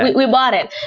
we we bought it.